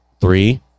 three